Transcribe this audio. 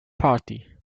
party